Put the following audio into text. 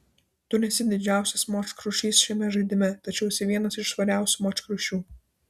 tu nesi didžiausias močkrušys šiame žaidime tačiau esi vienas iš švariausių močkrušių